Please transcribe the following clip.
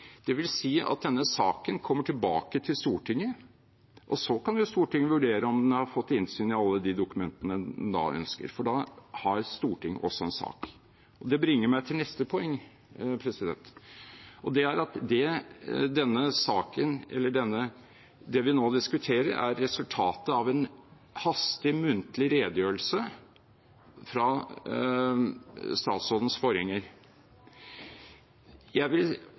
at denne saken kommer tilbake til Stortinget, og så kan jo Stortinget vurdere om en har fått innsyn i alle de dokumentene en ønsker, for da har Stortinget også en sak. Det bringer meg til neste poeng, og det er at det vi nå diskuterer, er resultatet av en hastig muntlig redegjørelse fra statsrådens forgjenger. Jeg vil